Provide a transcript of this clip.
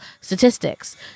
statistics